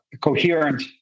coherent